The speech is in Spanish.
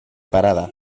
parada